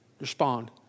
Respond